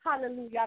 Hallelujah